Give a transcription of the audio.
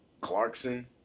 Clarkson